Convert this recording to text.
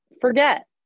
forget